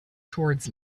towards